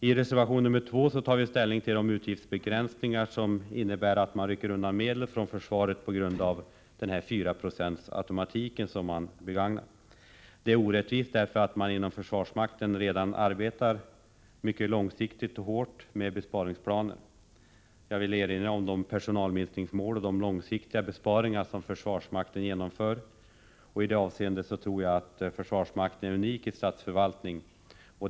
I reservation 2 tar vi ställning till de utgiftsbegränsningar som innebär att man rycker undan medel från försvaret på grund av den 4-procentsautomatik som tillämpas. Detta är orättvist. Inom försvarsmakten arbetar man redan mycket långsiktigt och hårt med besparingsplaner. Jag vill erinra om de personalminskningsmål och de långsiktiga besparingar försvarsmakten genomför. I det avseendet tror jag försvarsmakten är unik i statsförvaltningen.